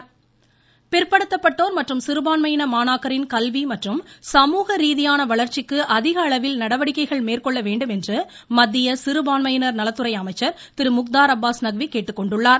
முக்தார் அப்பாஸ் நக்வி பிற்படுத்தப்பட்டோர் மற்றும் சிறுபான்மையின மாணாக்கரின் கல்வி மற்றும் சமூக ரீதியான வளர்ச்சிக்கு அதிக அளவில் நடவடிக்கைகள் மேற்கொள்ள வேண்டும் என்று மத்திய சிறுபான்மையின் நலத்துறை அமைச்சர் திரு முக்தார் அப்பாஸ் நக்வி கேட்டுக்கொண்டுள்ளார்